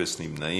אפס נמנעים.